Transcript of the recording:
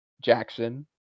jackson